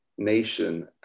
nation